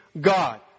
God